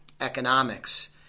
economics